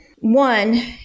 One